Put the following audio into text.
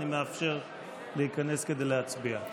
אני מאפשר להיכנס כדי להצביע.